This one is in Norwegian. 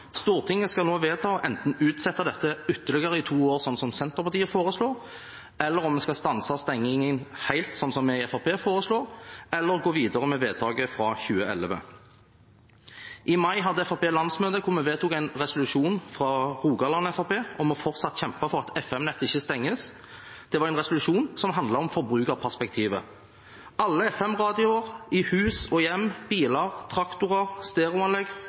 Stortinget skal nå vedta enten å utsette dette i ytterligere to år som Senterpartiet foreslår, å stanse stengingen helt, som vi i Fremskrittspartiet foreslår, eller å gå videre med vedtaket fra 2011. I mai hadde Fremskrittspartiet landsmøte, hvor vi vedtok en resolusjon fra Fremskrittspartiet i Rogaland om fortsatt å kjempe for at FM-nettet ikke stenges, en resolusjon som handlet om forbrukerperspektivet. Alle FM-radioer i hus og hjem, i biler, traktorer